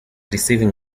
receiving